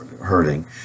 hurting